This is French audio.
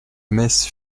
messe